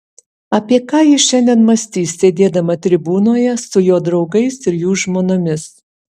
apie ką ji šiandien mąstys sėdėdama tribūnoje su jo draugais ir jų žmonomis